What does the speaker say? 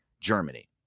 germany